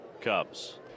Cubs